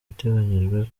iteganyijwe